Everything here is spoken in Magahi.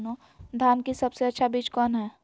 धान की सबसे अच्छा बीज कौन है?